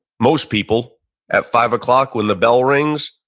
most people at five o'clock when the bell rings,